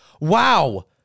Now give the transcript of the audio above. wow